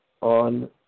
on